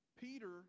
Peter